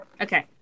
Okay